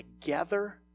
together